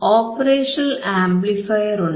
operational ആംപ്ലിഫയറുണ്ട്